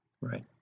Right